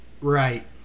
Right